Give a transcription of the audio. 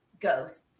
ghosts